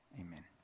Amen